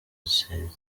sezibera